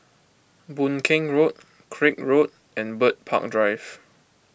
Boon Keng Road Craig Road and Bird Park Drive